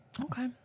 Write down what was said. Okay